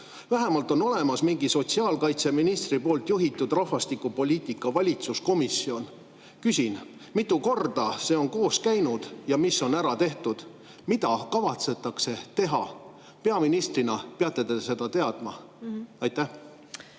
Vähemalt on olemas mingi sotsiaalkaitseministri juhitud rahvastikupoliitika valitsuskomisjon. Küsin, mitu korda see on koos käinud, mis on ära tehtud ja mida kavatsetakse teha. Peaministrina peate te seda teadma. Aitäh!